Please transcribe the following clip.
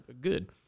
good